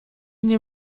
nie